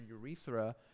urethra